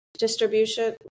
Distribution